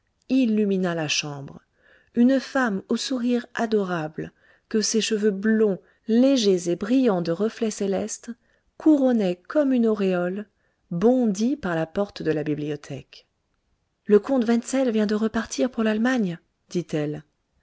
illumina la chambre une femme au sourire adorable que ses cheveux blonds légers et brillantés de reflets célestes couronnaient comme une auréole bondit par la porte de la bibliothèque le comte wenzel vient de repartir pour l'allemagne dit-elle